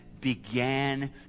began